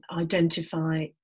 identify